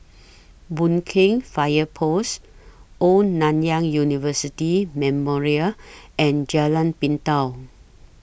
Boon Keng Fire Post Old Nanyang University Memorial and Jalan Pintau